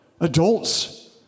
adults